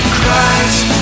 Christ